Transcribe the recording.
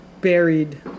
buried